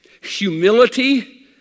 humility